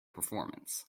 performance